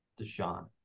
Deshaun